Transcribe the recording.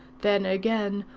then again,